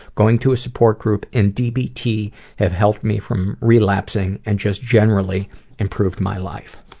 going to a support group and dbt have helped me from relapsing, and just generally improved my life.